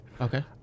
Okay